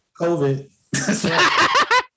COVID